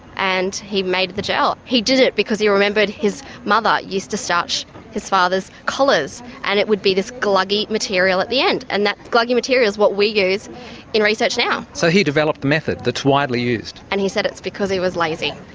and he made the gel. he did it because he remembered his mother used to starch his father's collars and it would be this gluggy material at the end, and that gluggy material is what we use in research now. so he developed the method that's widely used? and he said it's because he was lazy.